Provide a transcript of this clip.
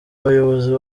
bayobozi